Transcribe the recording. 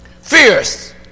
fierce